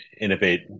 innovate